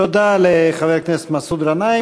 תודה לחבר הכנסת מסעוד גנאים.